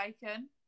bacon